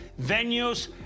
venues